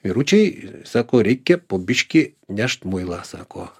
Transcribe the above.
vyručiai sako reikia po biškį nešt muilą sako